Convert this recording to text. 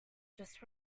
just